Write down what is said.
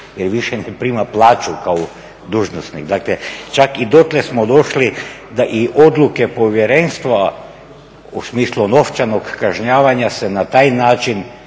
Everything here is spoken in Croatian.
jer više ne prima plaću kao dužnosnik. Dakle, čak i dotle smo došli da i odluke povjerenstva u smislu novčanog kažnjavanja se na taj način